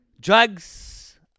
Drugs